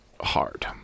hard